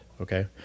okay